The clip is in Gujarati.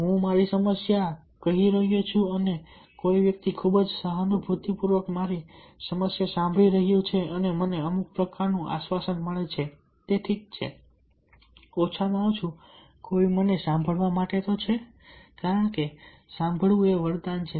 હું મારી સમસ્યા કહી રહ્યો છું અને કોઈ વ્યક્તિ ખૂબ જ સહાનુભૂતિપૂર્વક મારી સમસ્યા સાંભળી રહ્યું છે અને મને અમુક પ્રકારનું આશ્વાસન મળે છે કે ઠીક છે ઓછામાં ઓછું કોઈ મને સાંભળવા માટે છે કારણ કે સાંભળવું એ વરદાન છે